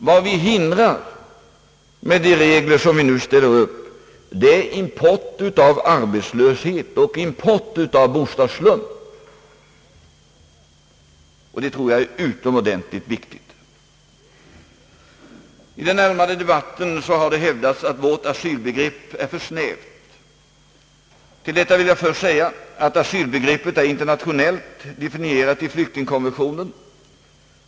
Vad vi hindrar med de regler som vi nu ställer upp är import av arbetslöshet och import av bostadsslum, och det tror jag är utomordentligt viktigt. I den allmänna debatten har det hävdats att vårt asylbegrepp är för snävt. Till detta vill jag först säga att asylbegreppet är internationellt definierat i flyktingkonventionen.